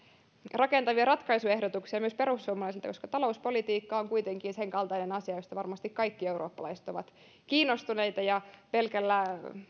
rakentavia ratkaisuehdotuksia myös perussuomalaisilta koska talouspolitiikka on kuitenkin senkaltainen asia josta varmasti kaikki eurooppalaiset ovat kiinnostuneita ja pelkällä